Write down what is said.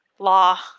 Law